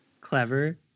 clever